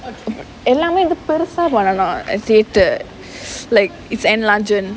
எல்லாமே வந்து பெருசா பண்ணனும்:ellaamae vanthu perusaa pannanum as it like it's and larger